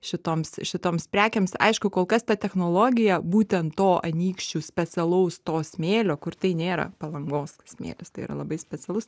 šitoms šitoms prekėms aišku kol kas ta technologija būtent to anykščių specialaus to smėlio kur tai nėra palangos smėlis tai yra labai specialus